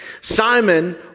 Simon